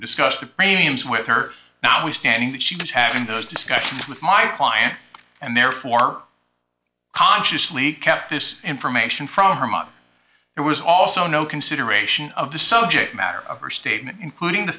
names with her now we standing that she was having those discussions with my client and therefore consciously kept this information from her mother it was also no consideration of the subject matter of her statement including the